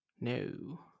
No